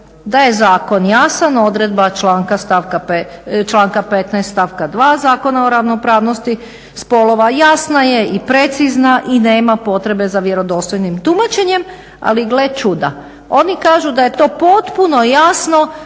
da je zakon jasan. Odredba članka 15. stavka 2. Zakona o ravnopravnosti spolova jasna je i precizna i nema potrebe za vjerodostojnim tumačenjem ali gle čuda. Oni kažu da je to potpuno jasno